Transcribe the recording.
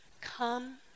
Come